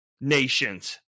nations